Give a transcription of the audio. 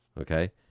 okay